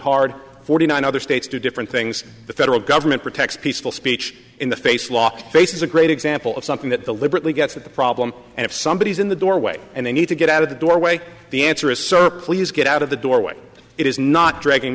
hard forty nine other states do different things the federal government protects peaceful speech in the face lock face is a great example of something that deliberately gets at the problem and if somebody is in the doorway and they need to get out of the doorway the answer is sir please get out of the doorway it is not dragging